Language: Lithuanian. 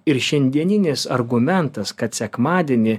ir šiandieninis argumentas kad sekmadienį